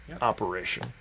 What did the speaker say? operation